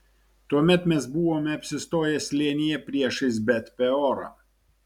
tuomet mes buvome apsistoję slėnyje priešais bet peorą